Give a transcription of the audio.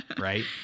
Right